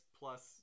plus